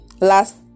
Last